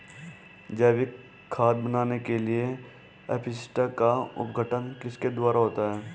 जैविक खाद बनाने के लिए अपशिष्टों का अपघटन किसके द्वारा होता है?